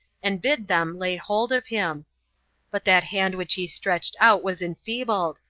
and bid them lay hold of him but that hand which he stretched out was enfeebled,